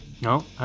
no